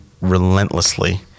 relentlessly